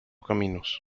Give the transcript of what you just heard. caminos